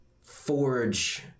forge